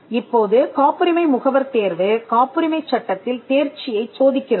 இப்போது காப்புரிமை முகவர் தேர்வு காப்புரிமைச் சட்டத்தில் தேர்ச்சியைச் சோதிக்கிறது